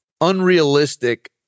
unrealistic